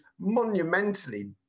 monumentally